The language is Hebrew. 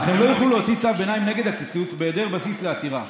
אך הם לא יוכלו להוציא צו ביניים נגד הקיצוץ בהיעדר בסיס לעתירה,